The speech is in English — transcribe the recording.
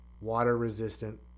water-resistant